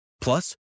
Plus